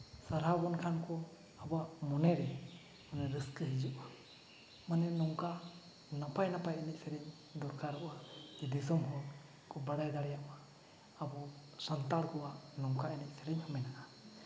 ᱥᱟᱨᱦᱟᱣ ᱵᱚᱱ ᱠᱷᱟᱱ ᱠᱚ ᱟᱵᱚᱣᱟᱜ ᱢᱚᱱᱮᱨᱮ ᱨᱟᱹᱥᱠᱟᱹ ᱦᱤᱡᱩᱜᱼᱟ ᱢᱟᱱᱮ ᱱᱚᱝᱠᱟ ᱱᱟᱯᱟᱭ ᱱᱟᱯᱟᱭ ᱮᱱᱮᱡ ᱥᱮᱨᱮᱧ ᱫᱚᱨᱠᱟᱨᱚᱜᱼᱟ ᱡᱮ ᱫᱤᱥᱚᱢ ᱦᱚᱲ ᱠᱚ ᱵᱟᱲᱟᱭ ᱫᱟᱲᱮᱭᱟᱜ ᱢᱟ ᱟᱵᱚ ᱥᱟᱱᱛᱟᱲ ᱠᱚᱣᱟᱜ ᱱᱚᱝᱠᱟ ᱮᱱᱮᱡ ᱥᱮᱨᱮᱧ ᱢᱮᱱᱟᱜᱼᱟ